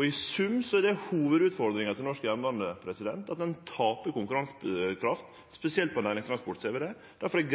I sum er det hovudutfordringa til norsk jernbane at ein tapar konkurransekraft – spesielt på næringstransport ser vi det. Difor er